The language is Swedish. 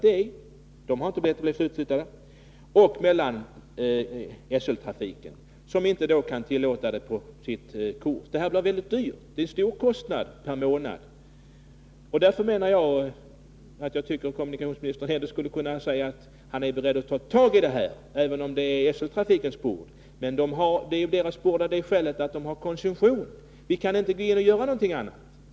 De anställda har inte bett om att få bli utflyttade. Genom att SL inte kan tillåta resor på sitt kort blir det en hög kostnad per månad. Därför tycker jag att kommunikationsministern hellre skulle säga att han är beredd att ta tag i detta, även om det är SL:s bord av det skälet att SL har koncession. Vi kan inte gå in och göra någonting annat.